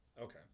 Okay